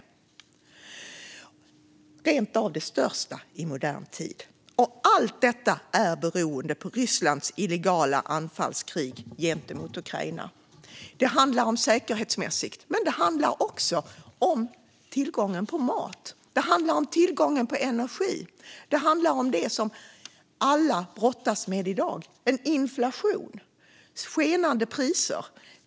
De är rent av de största i modern tid. Allt detta beror på Rysslands illegala anfallskrig gentemot Ukraina. Det handlar om säkerhet, men det handlar också om tillgången på mat, tillgången på energi och om det som alla brottas med i dag: inflation och skenande priser.